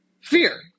Fear